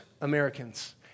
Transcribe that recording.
Americans